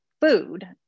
food